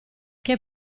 che